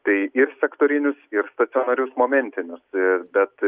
tai ir sektorinius ir stacionarius momentinius ir bet